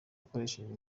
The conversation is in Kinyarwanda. akoresheje